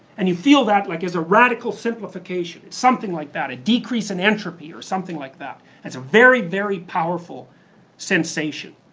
and you feel that, like as a radical simplification. it's something like that, a decrease in entropy, or something like that. it's a very, very powerful sensation.